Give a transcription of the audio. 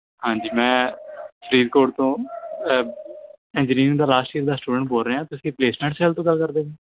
ਹਾਂਜੀ ਮੈਂ ਫਰੀਦਕੋਟ ਤੋਂ ਇੰਜੀਨੀਅਰਿੰਗ ਦਾ ਲਾਸਟ ਈਅਰ ਦਾ ਸਟੂਡੈਂਟ ਬੋਲ ਰਿਹਾ ਤੁਸੀਂ ਪਲੇਸਮੈਂਟ ਸੈੱਲ ਤੋਂ ਗੱਲ ਕਰਦੇ